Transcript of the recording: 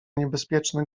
niebezpieczny